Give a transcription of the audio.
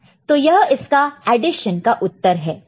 तो यह इसका एडिशन का उत्तर है